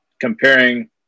comparing